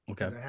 Okay